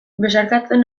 besarkatzen